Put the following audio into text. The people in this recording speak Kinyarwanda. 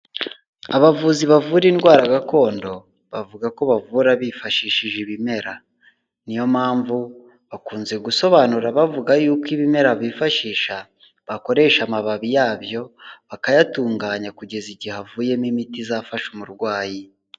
Abavuzi bavura indwara gakondo bavuga ko bavura bifashishije ibimera, ni yo mpamvu bakunze gusobanura bavuga yuko ibimera bifashisha bakoresha amababi yabyo bakayatunganya kugeza igihe havuyemo imiti izafasha umurwayi.